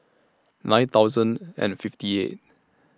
nine thousand and fifty eight